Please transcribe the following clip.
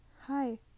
hi